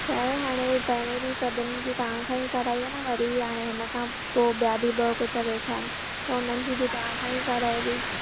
छा आहे हाणे पहिरें बि सभिनि जी तव्हांखां ई कराई आहे न वरी हाणे हिन खां पोइ ॿिया बि ॿ पुट वेठा आहिनि त हुननि जी बि तव्हांखां ई कराइॿी